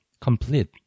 complete